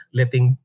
letting